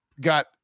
got